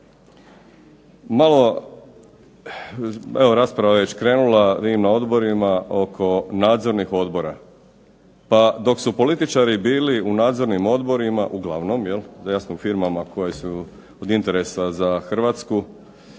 evo rasprava je već krenula, vidim na odborima, oko nadzornih odbora. Pa dok su političari bili u nadzornim odborima, uglavnom jel', jasno u firmama koje su od interesa za Hrvatsku,